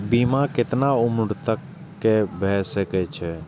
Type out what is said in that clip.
बीमा केतना उम्र तक के भे सके छै?